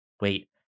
wait